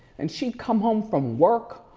and she'd come home from work,